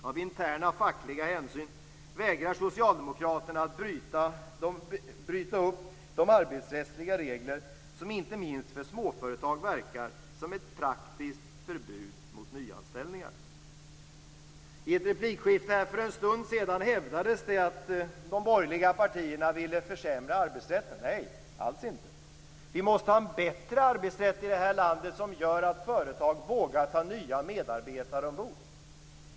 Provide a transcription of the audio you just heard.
Av interna fackliga hänsyn vägrar socialdemokraterna att bryta upp de arbetsrättsliga regler som inte minst för småföretag verkar som ett praktiskt förbud mot nyanställningar. I ett replikskifte för en stund sedan hävdades det att de borgerliga partierna vill försämra arbetsrätten. Nej, alls inte. Vi måste ha en bättre arbetsrätt i vårt land, som gör att företag vågar ta nya medarbetare ombord.